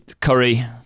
curry